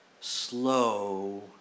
slow